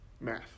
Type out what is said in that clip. math